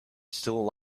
still